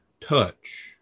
touch